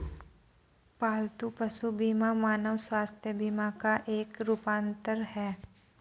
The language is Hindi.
पालतू पशु बीमा मानव स्वास्थ्य बीमा का एक रूपांतर है